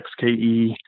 XKE